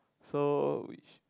so which